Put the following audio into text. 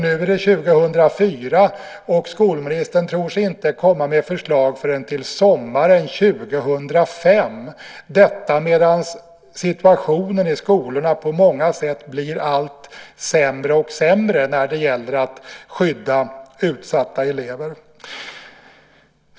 Nu är det 2004, och skolministern tror sig inte komma med förslag förrän till sommaren 2005, detta medan situationen i skolorna på många sätt blir allt sämre när det gäller att skydda utsatta elever.